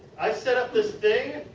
i set up this thing.